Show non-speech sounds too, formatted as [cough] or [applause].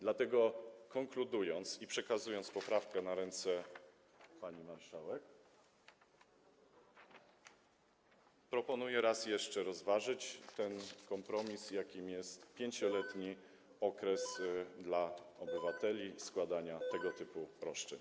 Dlatego, konkludując i przekazując poprawkę na ręce pani marszałek, proponuję raz jeszcze rozważyć ten kompromis, jakim jest 5-letni [noise] okres dla obywateli na składanie tego typu roszczeń.